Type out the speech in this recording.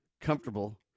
comfortable